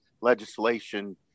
legislation